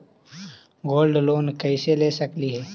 Gold loan कैसे ले सकली हे?